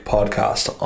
Podcast